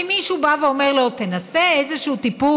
אם מישהו בא ואומר לו: תנסה איזשהו טיפול,